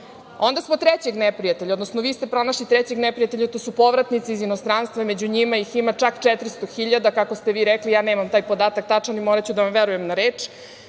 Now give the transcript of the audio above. pronašli trećeg neprijatelja, odnosno, vi ste pronašli trećeg neprijatelja, to su povratnici iz inostranstva, a među njima ih ima čak 400 hiljada, kako ste vi rekli, ja nemam taj podatak tačan i moraću da vam verujem na reč.